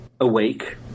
awake